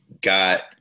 got